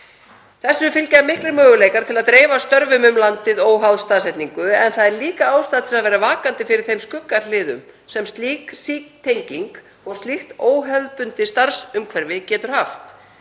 Þessu fylgja miklir möguleikar til að dreifa störfum um landið óháð staðsetningu en það er líka ástæða til að vera vakandi fyrir þeim skuggahliðum sem slík sítenging og slíkt óhefðbundið starfsumhverfi getur haft.